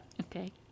Okay